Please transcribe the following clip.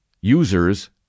users